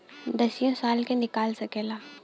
दसियो साल के निकाल सकेला